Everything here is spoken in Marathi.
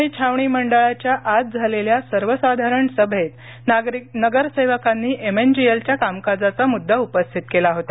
पुणे छावणी मंडळाच्या आज झालेल्या सर्वसाधारण सभेत नगरसेवकांनी एमएनजीएलच्या कामकाजाचा मुद्दा उपस्थित केला होता